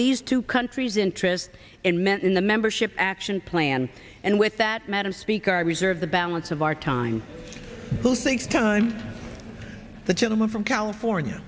these two countries interest in men in the membership action plan and with that madam speaker i reserve the balance of our time who thinks time the gentleman from california